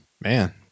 man